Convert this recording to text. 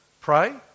Pray